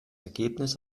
ergebnis